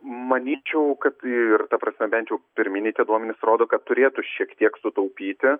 manyčiau kad ir ta prasme bent jau pirminiai tie duomenys rodo kad turėtų šiek tiek sutaupyti